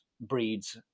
breeds